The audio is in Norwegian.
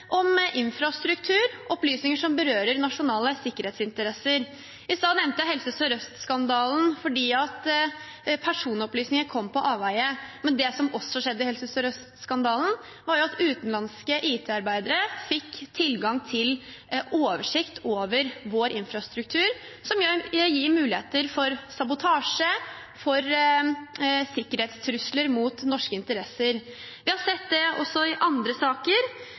om infrastruktur og opplysninger som berører nasjonale sikkerhetsinteresser. I stad nevnte jeg Helse Sør-Øst-skandalen fordi personopplysninger kom på avveier, men det som også skjedde i Helse Sør-Øst-skandalen, var at utenlandske IT-arbeidere fikk tilgang til oversikt over vår infrastruktur, som igjen gir muligheter for sabotasje og sikkerhetstrusler mot norske interesser. Vi har sett det også i andre saker.